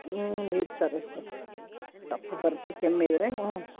ಹ್ಞೂ ಇರ್ತದೆ ಸರ್ ಕಫ ಬರುತ್ತೆ ಕೆಮ್ಮಿದ್ದರೆ ಹ್ಞೂ